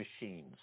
machines